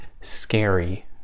scary